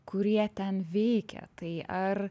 kurie ten veikia tai ar